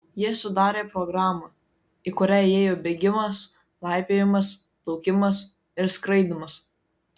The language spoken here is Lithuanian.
jie sudarė programą į kurią įėjo bėgimas laipiojimas plaukimas ir skraidymas